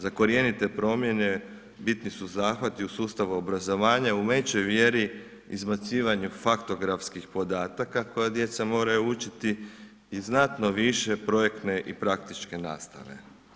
Za korjenite promjene bitni su zahvati u sustavu obrazovanja u većoj mjeri izbacivanjem faktografskih podataka koja djeca moraju učiti i znatno više projektne i praktične nastave.